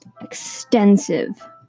extensive